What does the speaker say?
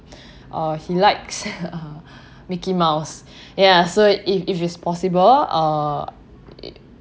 uh he likes mickey mouse ya so if if it's possible uh it